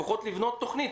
לפחות לבנות תוכנית.